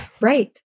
Right